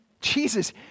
Jesus